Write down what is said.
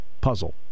puzzle